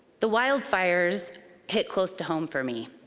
the wildfires hit close to home for me.